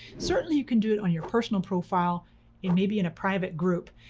certainly you can do it on your personal profile and maybe in a private group,